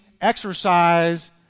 exercise